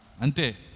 Ante